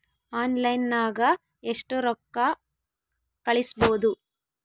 ಆನ್ಲೈನ್ನಾಗ ಎಷ್ಟು ರೊಕ್ಕ ಕಳಿಸ್ಬೋದು